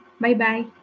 Bye-bye